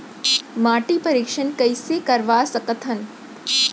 माटी परीक्षण कइसे करवा सकत हन?